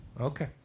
Okay